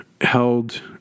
held